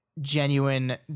genuine